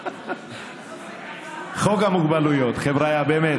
חוק המוגבלויות, חבריא, באמת.